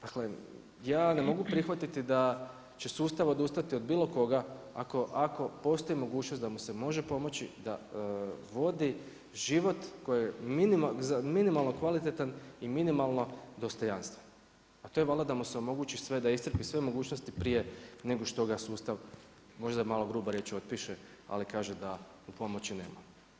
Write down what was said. Dakle, ja ne mogu prihvatiti da će sustav odustati od bilo koga ako postoji mogućnost da mu se može pomoći, da vodi život koji je minimalno kvalitetan i minimalno dostojanstven, a to je valjda da mu se omogući sve da iscrpi sve mogućnosti prije nego što ga sustav možda je malo grubo reći otpiše, ali kaže da pomoći nema.